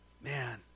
Man